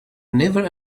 never